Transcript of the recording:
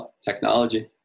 technology